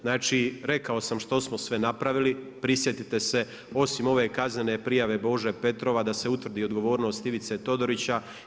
Znači rekao sam što smo sve napravili, prisjetite se osim ove kaznene prijave Bože Petrova, da se utvrdi odgovornost Ivice Todorića.